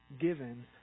given